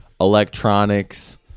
electronics